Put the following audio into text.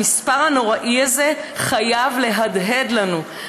המספר הנוראי הזה חייב להדהד לנו,